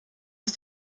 aus